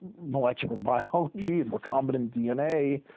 molecular biology and recombinant dna.